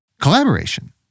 collaboration